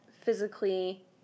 physically